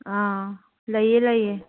ꯑꯥ ꯂꯩꯌꯦ ꯂꯩꯌꯦ